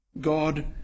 God